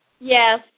Yes